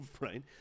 Right